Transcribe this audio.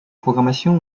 programmation